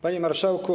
Panie Marszałku!